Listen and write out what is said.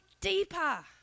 deeper